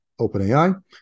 OpenAI